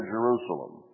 Jerusalem